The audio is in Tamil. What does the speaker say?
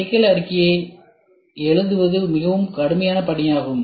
சிக்கல் அறிக்கையை எழுதுவதும் மிகவும் கடினமான பணியாகும்